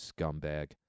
scumbag